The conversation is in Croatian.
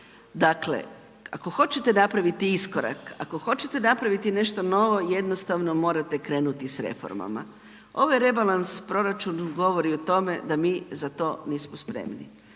dakle ako hoćete napraviti iskorak, ako hoćete napraviti nešto novo, jednostavno morate krenuti s reformama. Ovaj rebalans proračuna govori o tome da mi za to nismo spremi,